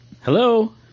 Hello